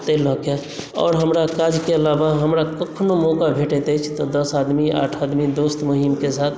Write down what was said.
तैं लऽ के आओर हमरा काजके अलावा हमरा कखनहुँ मौका भेटैत अछि तऽ दस आदमी आठ आदमी दोस्त महीमके साथ